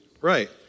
Right